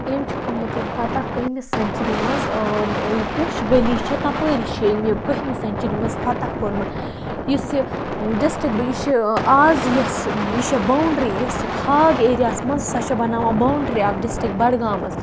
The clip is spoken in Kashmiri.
أمۍ چھُ کوٚرمُت یہِ فَتَح کٔہمہِ سیٚنچُری مَنٛز پُنٛچھ گلی چھِ تَپٲری چھُ أمۍ یہِ کٔہمہِ سیٚنچُری مَنٛز فَتَح کوٚرمُت یُس یہِ ڈِسٹرک یہِ چھِ آز یۄس یہِ چھِ بونٛڈری یۄس یہِ کھاگ ایریاہَس مَنٛز سۄ چھِ بَناوان بونٛڈری اکھ ڈِسٹرک بَڈگامَس